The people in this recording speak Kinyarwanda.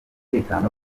umutekano